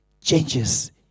changes